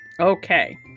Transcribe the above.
Okay